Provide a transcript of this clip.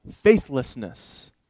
faithlessness